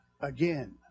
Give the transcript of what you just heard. again